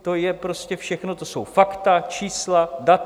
To je prostě všechno, to jsou fakta, čísla, data.